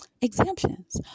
exemptions